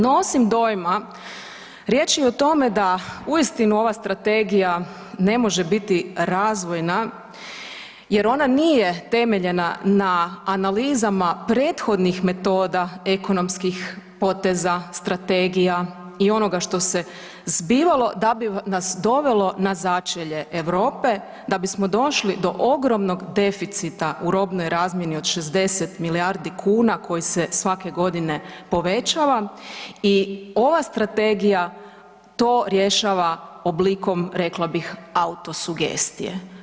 No, osim dojma riječ je o tome da uistinu ova strategija ne može biti razvojna jer ona nije temeljena na analizama prethodnih metoda ekonomskih poteza, strategija i onoga što se zbivalo da bi nas dovelo na začelje Europe, da bismo došli do ogromnog deficita u robnoj razmjeni od 60 milijardi kuna koji se svake godine povećava i ova strategija to rješava oblikom rekla bih autosugestije.